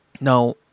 Now